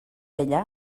ella